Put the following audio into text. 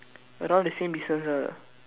around the same distance ah